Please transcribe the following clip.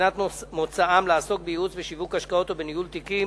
במדינת מוצאם לעסוק בייעוץ ושיווק השקעות ובניהול תיקים,